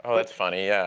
um that's funny.